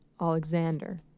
Alexander